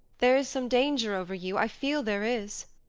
there is some danger over you i feel there is.